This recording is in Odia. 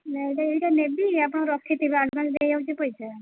ନା ଏହିଟା ଏହିଟା ନେବି ଆପଣ ରଖିଥିବେ ଆଡ଼ଭାନ୍ସ ଦେଇଆଉଛି ପଇସା